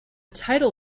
title